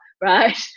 right